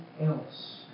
else